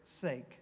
sake